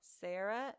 Sarah